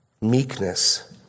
Meekness